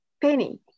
Penny